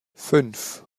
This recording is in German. fünf